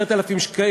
הזו.